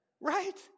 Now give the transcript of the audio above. right